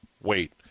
wait